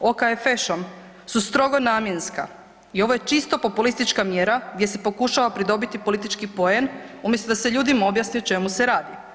OKFŠ-om su strogo namjenska i ovo je čisto populistička mjera gdje se pokušava pridobiti politički poen, umjesto da se ljudima objasni o čemu se radi.